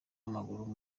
w’amaguru